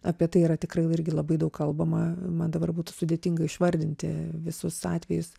apie tai yra tikrai irgi labai daug kalbama man dabar būtų sudėtinga išvardinti visus atvejus